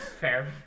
fair